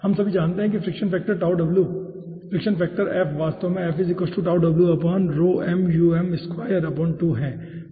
हम सभी जानते हैं कि friction factor friction factor f वास्तव में है